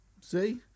See